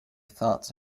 thoughts